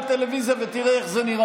ונכשלתם בגדול.